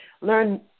learn